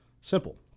Simple